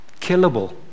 killable